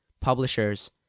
publishers